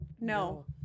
no